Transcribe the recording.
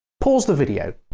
pause the video,